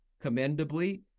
commendably